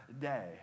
day